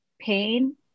pain